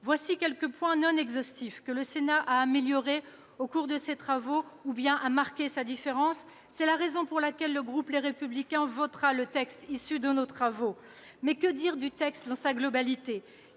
Voilà quelques points, non exhaustifs, que le Sénat a améliorés au cours de ses travaux, ou sur lesquels il a marqué sa différence. C'est pour cette raison que le groupe Les Républicains votera le texte issu de nos travaux. Mais que dire du projet de loi dans sa globalité ?